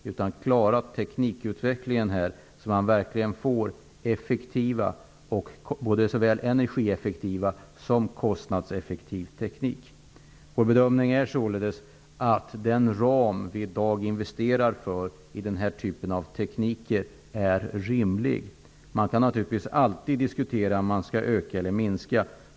Man måste också klara teknikutvecklingen så att man verkligen får såväl energieffektiv som kostnadseffektiv teknik. Vår bedömning är således att den ram för de medel vi i dag investerar i den här typen av tekniker är rimlig. Det kan naturligtvis alltid diskuteras om man skall öka eller minska ramen.